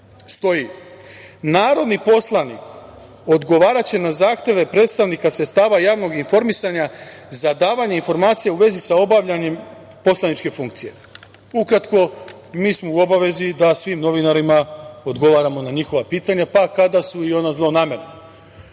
stoji – narodni poslanik odgovaraće na zahteve predstavnika sredstava javnog informisanja za davanje informacija u vezi sa obavljanjem poslaničke funkcije. Ukratko, mi smo u obavezi da svim novinarima odgovaramo na njihova pitanja, pa kada su i ona zlonamerna. Kao